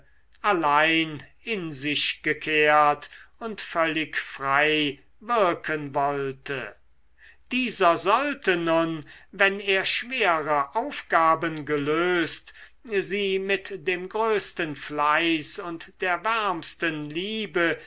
allein in sich gekehrt und völlig frei wirken wollte dieser sollte nun wenn er schwere aufgaben gelöst sie mit dem größten fleiß und der wärmsten liebe